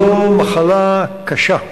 זו מחלה קשה,